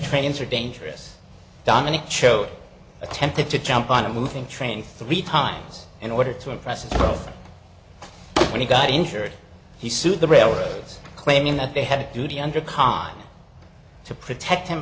trains are dangerous dominic cho attempted to jump on a moving train three times in order to impress a pro when he got injured he sued the railroads claiming that they had a duty under a car to protect him